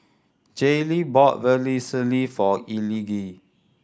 Jaylee bought Vermicelli for Elige